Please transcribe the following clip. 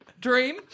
dream